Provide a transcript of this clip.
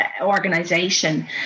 organization